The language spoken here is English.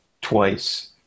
twice